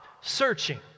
searching